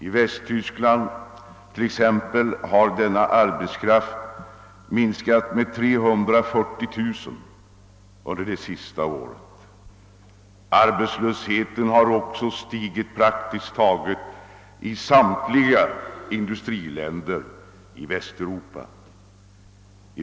I Västtyskland t.ex. har denna arbetskraft minskat med 340 000 under det senaste året. Arbetslösheten har också stigit i praktiskt taget samtliga industriländer i Västeuropa.